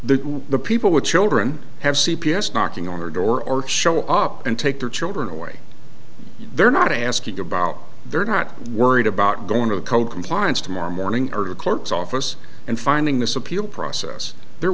the the people with children have c p s knocking on their door or show up and take their children away they're not asking about they're not worried about going to the code compliance tomorrow morning or to clerk's office and finding this appeal process they're